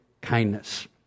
kindness